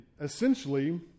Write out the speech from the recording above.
essentially